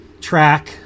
track